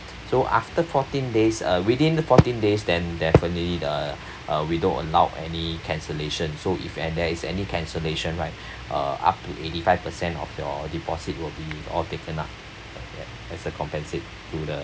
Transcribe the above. so after fourteen days uh within the fourteen days then definitely uh we don't allow any cancellation so if there is any cancellation right uh up to eighty five percent of your deposit will be all taken up as the compensate to the